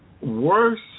worse